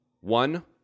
one